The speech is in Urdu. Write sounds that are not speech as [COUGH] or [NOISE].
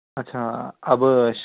اچھا اب [UNINTELLIGIBLE]